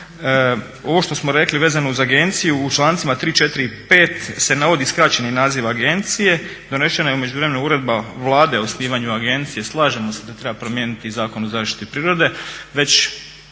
Ovo što smo rekli vezano uz agenciju, u člancima 3., 4. i 5. se navodi skraćeni naziv agencije. Donesena je u međuvremenu uredba Vlade o osnivanju agencije, slažemo se da treba promijeniti Zakon o zaštiti prirode. Već